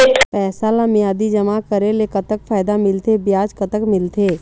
पैसा ला मियादी जमा करेले, कतक फायदा मिलथे, ब्याज कतक मिलथे?